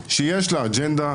שיש לה אג'נדה,